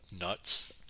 nuts